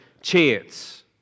chance